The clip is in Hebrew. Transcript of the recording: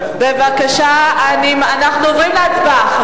בבקשה, אנחנו עוברים להצבעה.